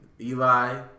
Eli